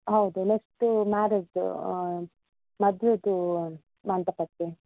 ಹೌದು ನೆಕ್ಸ್ಟೂ ಮ್ಯಾರೇಜ್ದು ಮದುವೆದು ಮಂಟಪಕ್ಕೆ